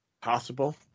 Possible